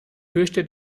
fürchte